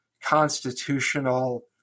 constitutional